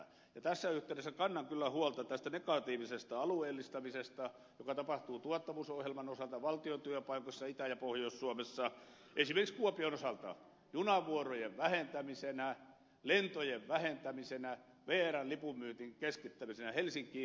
tässä yhteydessä kannan kyllä huolta tästä negatiivisesta alueellistamisesta joka tapahtuu tuottavuusohjelman osalta valtion työpaikoissa itä ja pohjois suomessa esimerkiksi kuopion osalta junavuorojen vähentämisenä lentojen vähentämisenä vrn lipunmyynnin keskittämisenä helsinkiin